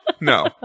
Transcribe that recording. No